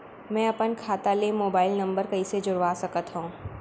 मैं अपन खाता ले मोबाइल नम्बर कइसे जोड़वा सकत हव?